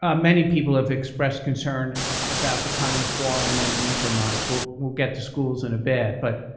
um many people have expressed concern about the coming fall and then winter months. we'll we'll get to schools in a bit, but,